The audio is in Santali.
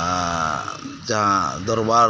ᱮᱸᱫ ᱡᱟᱦᱟᱸ ᱫᱚᱨᱵᱟᱨ